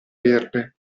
verde